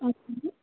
okay ma'am